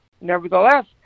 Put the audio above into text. Nevertheless